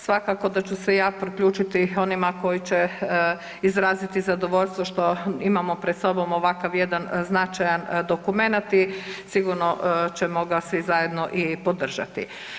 Svakako da ću se ja priključiti onima koji će izraziti zadovoljstvo što imamo pred sobom ovakav jedan značajan dokumenat i sigurno ćemo ga svi zajedno i podržati.